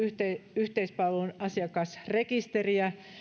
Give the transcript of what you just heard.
yhteispalvelun asiakasrekisteriä